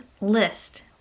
list